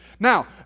Now